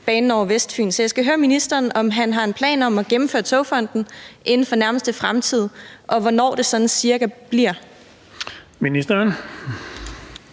banen over Vestfyn. Så jeg skal høre ministeren, om han har en plan om at gennemføre Togfonden DK inden for nærmeste fremtid, og hvornår det sådan cirka bliver. Kl.